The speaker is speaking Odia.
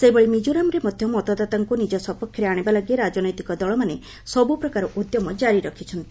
ସେହିଭଳି ମିଜୋରାମ୍ରେ ମଧ୍ୟ ମତଦାତାଙ୍କୁ ନିଜ ସପକ୍ଷରେ ଆଣିବାଲାଗି ରାଜନୈତିକ ଦଳମାନେ ସବ୍ରପ୍ରକାର ଉଦ୍ୟମ ଜାରି ରଖିଛନ୍ତି